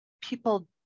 people